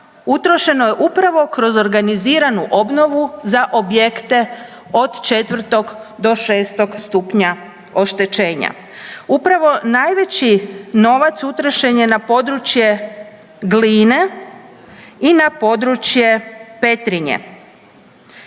utrošeno je upravo kroz organiziranu obnovu za objekte od 4. do 6. stupnja oštećenja. Upravo najveći novac utrošen je na područje Gline i na područje Petrinje.